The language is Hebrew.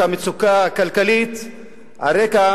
על רקע